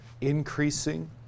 increasing